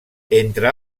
entre